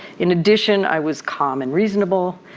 in addition, i was calm and reasonable.